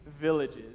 villages